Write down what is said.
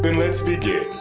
let's begin.